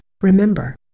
Remember